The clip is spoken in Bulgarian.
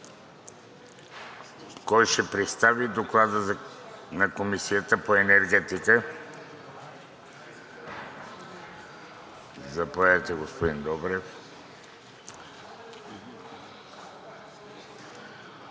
Кой ще представи Доклада на Комисията по енергетика? Заповядайте, господин Добрев.